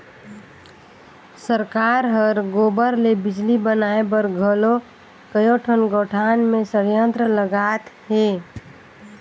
सरकार हर गोबर ले बिजली बनाए बर घलो कयोठन गोठान मे संयंत्र लगात हे